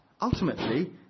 ultimately